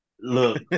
look